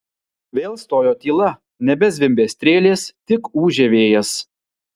vėl stojo tyla nebezvimbė strėlės tik ūžė vėjas